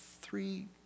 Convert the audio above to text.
Three